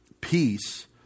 peace